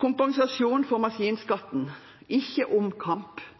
Kompensasjon for maskinskatten: Det er ikke en omkamp,